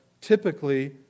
typically